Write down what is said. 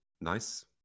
nice